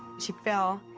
she fell,